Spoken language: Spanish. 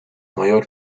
mayor